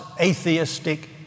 atheistic